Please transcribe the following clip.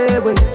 away